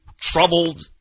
troubled